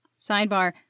Sidebar